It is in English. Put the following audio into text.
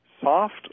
soft